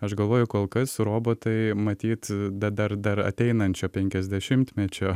aš galvoju kol kas robotai matyt dar dar ateinančio penkiasdešimtmečio